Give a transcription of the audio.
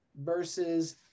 versus